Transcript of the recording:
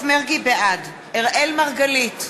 בעד אראל מרגלית,